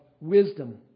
wisdom